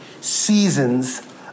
seasons